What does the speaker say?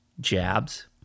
jabs